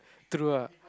true ah